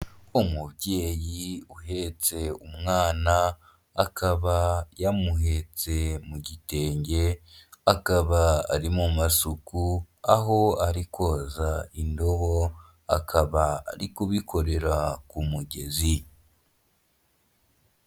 Umubyeyi uhetse umwana akaba yamuhetse mu gitenge, akaba ari mu mashuku aho ari koza indobo akaba ari kubikorera ku mugezi.